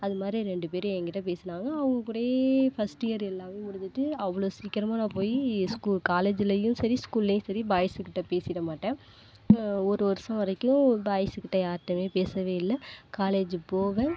அதுமாதிரி ரெண்டு பேர் ஏன்கிட்ட பேசுனாங்க அவங்க கூடையே ஃபர்ஸ்ட்டு இயர் எல்லாமே முடிஞ்சிட்டு அவ்வளோ சீக்கிரமாக நான் போய் ஸ்கூல் காலேஜ்லையும் சரி ஸ்கூல்லையும் சரி பாய்ஸு கிட்ட பேசிவிடமாட்டேன் இப்போ ஒரு வருஷம் வரைக்கும் பாய்ஸு கிட்ட யார்கிட்டடையுமே பேசவே இல்லை காலேஜூ போவேன்